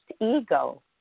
ego